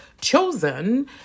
chosen